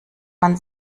man